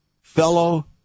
fellow